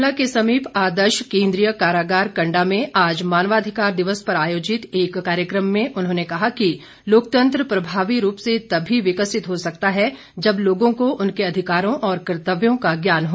शिमला के समीप आदर्श केंद्रीय कारागार कंडा में आज मानवाधिकार दिवस पर आयोजित एक कार्यक्रम में उन्होंने कहा कि लोकतंत्र प्रभावी रूप से तभी विकसित हो सकता है जब लोगों को उनके अधिकारों और कर्तव्यों का ज्ञान हो